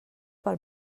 pel